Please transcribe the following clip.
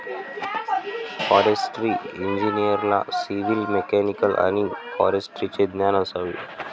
forestry इंजिनिअरला civil, mechanical आणि फॉरेस्ट्रीचे ज्ञान असावे